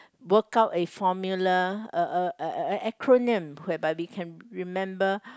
work a formula a a a a acronym whereby we can remember